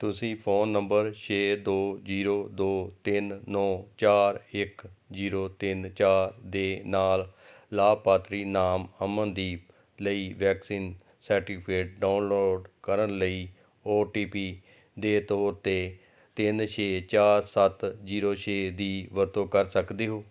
ਤੁਸੀਂ phone number ਛੇ ਦੋ ਜੀਰੋ ਦੋ ਤਿੰਨ ਨੌਂ ਚਾਰ ਇੱਕ ਜੀਰੋ ਤਿੰਨ ਚਾਰ ਦੇ ਨਾਲ ਲਾਭਪਾਤਰੀ ਨਾਮ ਅਮਨਦੀਪ ਲਈ ਵੈਕਸੀਨ ਸਰਟੀਫਿਕੇਟ ਡਾਊਨਲੋਡ ਕਰਨ ਲਈ ਓ ਟੀ ਪੀ ਦੇ ਤੌਰ 'ਤੇ ਤਿੰਨ ਛੇ ਚਾਰ ਸੱਤ ਜੀਰੋ ਛੇ ਦੀ ਵਰਤੋਂ ਕਰ ਸਕਦੇ ਹੋ